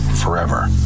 Forever